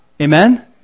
Amen